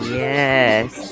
yes